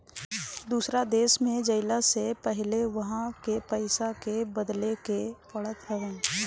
दूसरा देश में जइला से पहिले उहा के पईसा के बदले के पड़त हवे